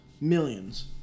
millions